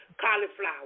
Cauliflower